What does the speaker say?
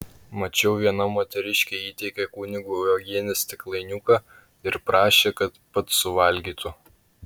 mačiau viena moteriškė įteikė kunigui uogienės stiklainiuką ir prašė kad pats suvalgytų